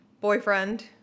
boyfriend